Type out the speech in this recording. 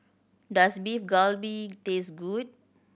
does Beef Galbi taste good